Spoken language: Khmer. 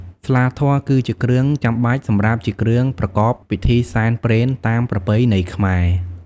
ស្លាធម៌ គឺជាគ្រឿងចាំបាច់សម្រាប់ជាគ្រឿងប្រកបពិធីសែនព្រេនតាមប្រពៃណីខ្មែរ។